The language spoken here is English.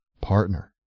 partner